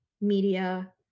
media